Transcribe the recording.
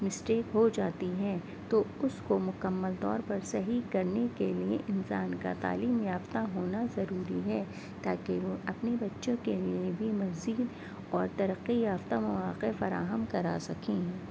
mistake ہو جاتی ہیں تو اس کو مکمل طور پر صحیح کرنے کے لیے انسان کا تعلیم یافتہ ہونا ضروری ہے تاکہ وہ اپنے بچوں کے لیے بھی مزید اور ترقی یافتہ مواقع فراہم کرا سکیں